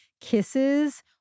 kisses